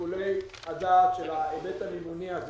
שיקול הדעת של הפרויקט הזה.